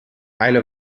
eine